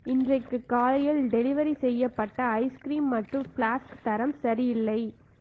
இன்றைக்கு காலையில் டெலிவரி செய்யப்பட்ட ஐஸ்கிரீம் மற்றும் ஃப்ளாஸ்க் தரம் சரியில்லை